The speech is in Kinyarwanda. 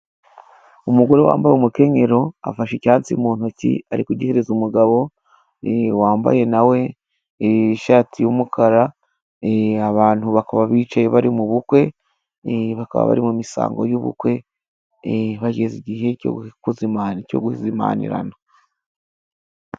Umugore wambaye umukenyero afashe icyansi mu ntoki ari ku gihereza umugabo wambaye na we ishati y'umukara ,abantu bakaba bicaye bari mu bukwe bakaba bari mu misango y'ubukwe bageza igihe cyo guzimanirana.